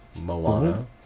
Moana